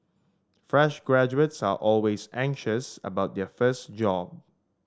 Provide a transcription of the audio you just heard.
fresh graduates are always anxious about their first job